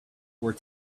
were